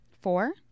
four